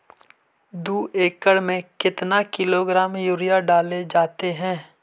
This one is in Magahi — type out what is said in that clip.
दू एकड़ खेत में कितने किलोग्राम यूरिया डाले जाते हैं?